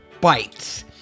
Bites